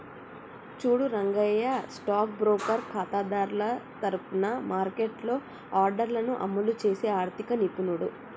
చూడు Rangaiah stock broker ఖాతాదారుల తరఫున మార్కెట్లో ఆర్డర్లను అమలు చేసే ఆర్థిక నిపుణుడు